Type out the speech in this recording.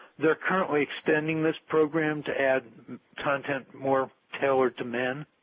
they are currently extending this program to add content more tailored to men